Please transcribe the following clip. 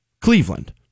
Cleveland